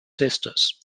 sisters